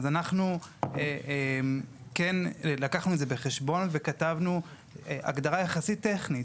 אנחנו לקחנו את זה בחשבון וכתבנו הגדרה יחסית טכנית,